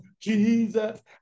Jesus